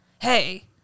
Hey